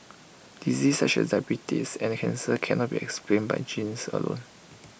diseases such as diabetes and cancer cannot be explained by genes alone